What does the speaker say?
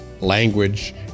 language